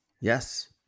Yes